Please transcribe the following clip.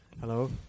Hello